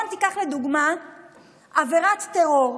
תיקח לדוגמה עבירת טרור,